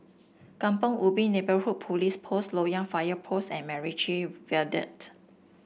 Kampong Ubi Neighbourhood Police Post Loyang Fire Post and MacRitchie Viaduct